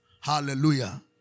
Hallelujah